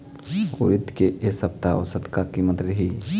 उरीद के ए सप्ता औसत का कीमत रिही?